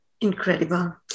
Incredible